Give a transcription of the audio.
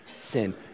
sin